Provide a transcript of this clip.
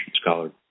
scholar